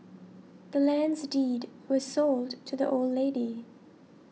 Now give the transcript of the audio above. the land's deed was sold to the old lady